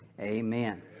amen